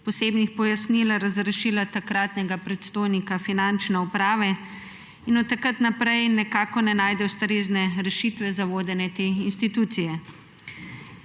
posebnih pojasnil razrešila takratnega predstojnika Finančne uprave in od takrat naprej nekako ne najde ustrezne rešitve za vodenje te institucije.